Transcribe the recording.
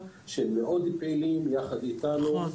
שמאוד פעילים יחד איתנו,